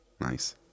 Nice